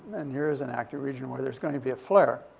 and here is an active region where there's going to be a flare.